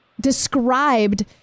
described